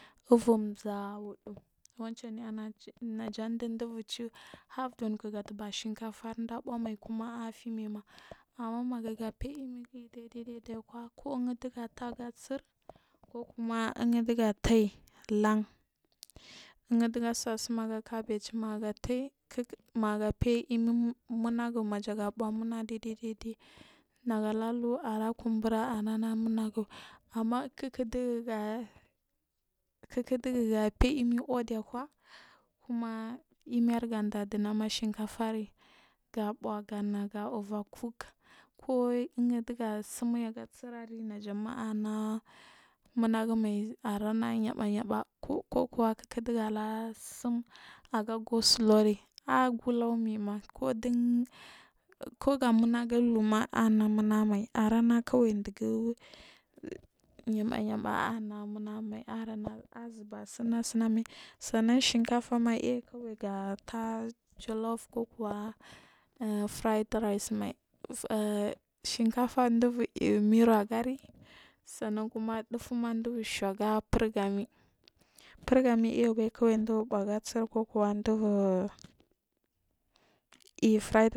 Uvur zam wuɗu wancenne amsanajan ɗin ɗubur cuw habɗorn gatabar shinkafar afuuhmai ku ma afimaima amma mega feiy imigin daidai kuyin ɗuga taah indigo sai sumdu kabege ma mafe in mega feiy imi munagu majaga fuuh munagu maja fuuh ɗai ɗai nagalalu ara kumbura aranaa muna gu amma kik ɗiga kik ɗugu ga feiy imir uɗi kwa kuma imir gan ɗa ɗinamar shinkafa ga fuuh ga na luver cock ku indigo tsim yi aga tsir najama ana munaguma aranayaba yaba kukuwa kik ɗuga la tsim aga gosuluri agau luw mai ma koɗun kuga munagu wu ma ar na nunagumai ɗugu yaba yaba are azubba sina sinamay sannan shinkafama aikwia ga taach jalub kuku wa frit rice mai shinkafa ɗufuma ɗubur shu aga furgami, furgami ɗubur buuaga tsir kukuwa ɗubur raw ffrit cra,